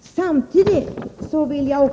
Samtidigt vill jag